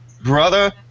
Brother